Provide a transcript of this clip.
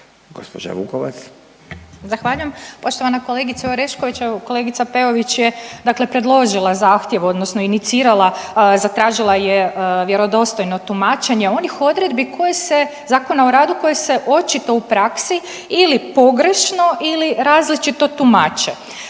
(Nezavisni)** Zahvaljujem. Poštovana kolegice Orešković, evo, kolegica Peović je dakle predložila zahtjev, odnosno inicirala, zatražila je vjerodostojno tumačenje onih odredbi koje se, Zakona o radu koji se očito u praksi ili pogrešno ili različito tumače.